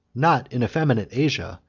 not in effeminate asia,